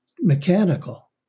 mechanical